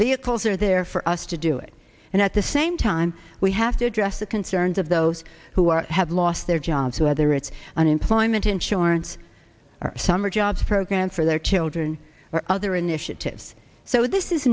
vehicles are there for us to do it and at the same time we have to address the concerns of those who are have lost their jobs who are there it's unemployment insurance our summer jobs program for their children or other an issue tips so this is